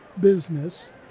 business